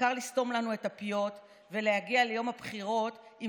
העיקר לסתום לנו את הפיות ולהגיע ליום הבחירות עם